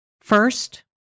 First